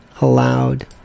allowed